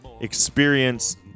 experience